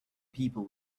people